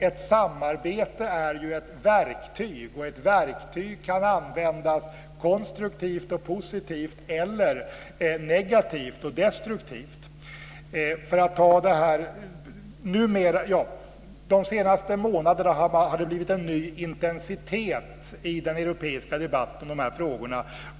Ett samarbete är ju ett verktyg, och verktyg kan användas konstruktivt och positivt eller negativt och destruktivt. De senaste månaderna har det blivit en ny intensitet i den europeiska debatten om de här frågorna.